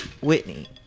Whitney